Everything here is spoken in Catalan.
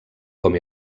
com